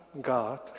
God